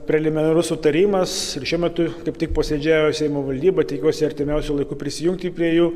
preliminarus sutarimas ir šiuo metu kaip tik posėdžiauja seimo valdyba tikiuosi artimiausiu laiku prisijungti prie jų